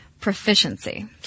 proficiency